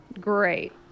Great